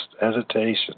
hesitation